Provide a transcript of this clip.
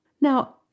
Now